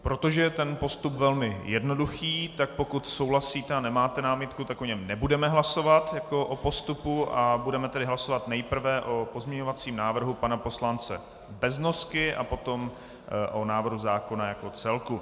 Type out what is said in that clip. Protože je ten postup velmi jednoduchý, tak pokud souhlasíte a nemáte námitku, tak o něm nebudeme hlasovat jako o postupu, budeme tedy hlasovat o pozměňovacím návrhu pana poslance Beznosky a potom o návrhu zákona jako celku.